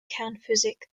kernphysik